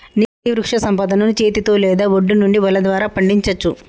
నీటి వృక్షసంపదను చేతితో లేదా ఒడ్డు నుండి వల ద్వారా పండించచ్చు